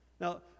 Now